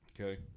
Okay